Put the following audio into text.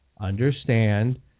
understand